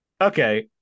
Okay